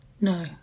No